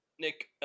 nick